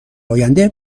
آینده